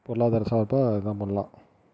பொருளாதார சார்பாக இதுதான் பண்ணலாம்